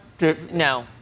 No